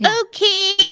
Okay